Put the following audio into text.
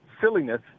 silliness